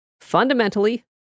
fundamentally